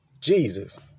Jesus